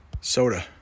Soda